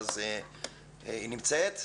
היא נמצאת?